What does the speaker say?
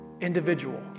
individual